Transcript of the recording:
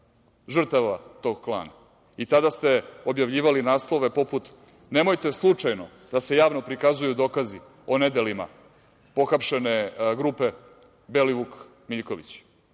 žrtava tog klana? I tada ste objavljivali naslove poput – nemojte slučajno da se javno prikazuju dokazi o nedelima pohapšene grupe Belivuk – Miljković.